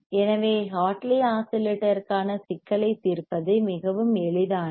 எனவே ஹார்ட்லி ஆஸிலேட்டருக்கான சிக்கலைத் தீர்ப்பது மிகவும் எளிதானது